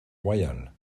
royales